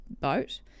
boat